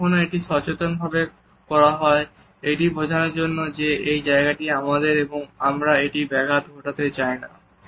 আবার কখনো এটি সচেতনভাবে করা হয় এটি বোঝানোর জন্য যে এই জায়গাটি আমাদের এবং আমরা এটির ব্যাঘাত ঘটাতে চাই না